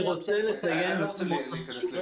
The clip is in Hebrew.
אני לא רוצה להיכנס לוויכוח.